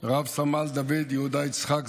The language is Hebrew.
רב-סמל דוד יהודה יצחק,